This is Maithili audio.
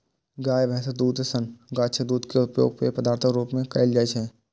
गाय, भैंसक दूधे सन गाछक दूध के उपयोग पेय पदार्थक रूप मे कैल जाइ छै